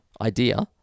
idea